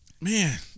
Man